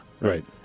Right